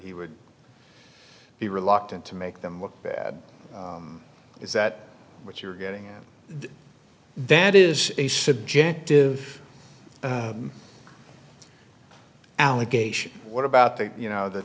he would be reluctant to make them look bad is that what you're getting at that is a subjective allegation what about the you know the